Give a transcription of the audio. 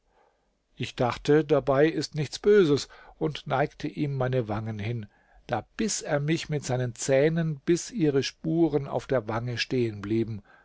ich dachte dabei ist nichts böses und neigte ihm meine wangen hin da biß er mich mit seinen zähnen bis ihre spuren auf der wange